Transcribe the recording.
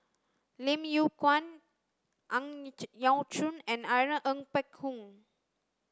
Lim Yew Kuan Ang Yau Choon and Irene Ng Phek Hoong